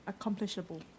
accomplishable